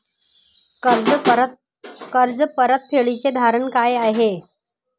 कर्ज परतफेडीचे धोरण काय आहे?